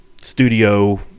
studio